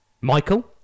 Michael